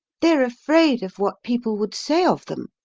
they're afraid of what people would say of them,